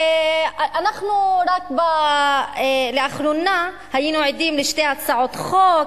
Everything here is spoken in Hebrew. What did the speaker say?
רק לאחרונה היינו עדים לשתי הצעות חוק,